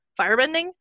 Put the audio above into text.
firebending